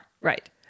Right